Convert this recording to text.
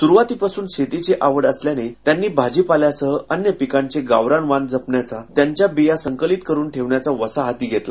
सुरवातीपासूनच शेतीची आवड असल्याने त्यांनी भाजीपाल्यासह अन्य काही पिकांचे गावरान वाण जपण्याचा त्यांच्या बिया संकलित करून ठेवण्याचा वसा हाती घेतला